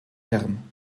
herren